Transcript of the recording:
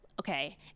okay